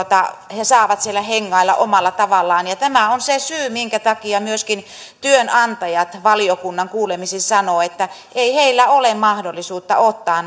he he saavat siellä hengailla omalla tavallaan tämä on se syy minkä takia myöskin työnantajat valiokunnan kuulemisissa sanoivat että ei heillä ole mahdollisuutta ottaa